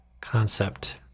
concept